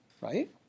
right